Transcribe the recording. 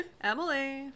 Emily